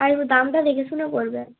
আর দামটা দেখে শুনে করবেন